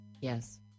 Yes